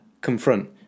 confront